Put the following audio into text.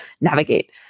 navigate